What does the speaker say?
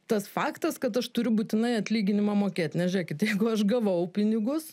tas faktas kad aš turiu būtinai atlyginimą mokėti nes žiūrėkit jeigu aš gavau pinigus